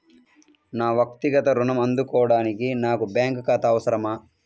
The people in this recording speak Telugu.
నా వక్తిగత ఋణం అందుకోడానికి నాకు బ్యాంక్ ఖాతా అవసరమా?